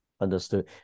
Understood